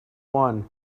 wand